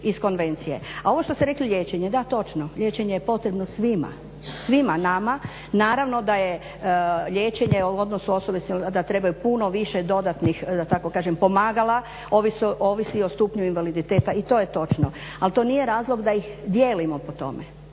A ovo što ste rekli liječenje, da točno, liječenje je potrebno svima, svima nama. Naravno da je liječenje u odnosu na osobe s invaliditetom, da trebaju puno više dodatnih, da tako kažem pomaganja ovisi o stupnju invaliditeta. I to je točno, ali to nije razlog da ih dijelimo po tome.